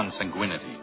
consanguinity